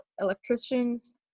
electricians